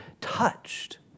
touched